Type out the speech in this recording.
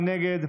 מי נגד?